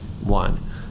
one